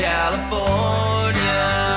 California